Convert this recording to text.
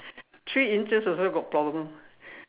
three inches also got problem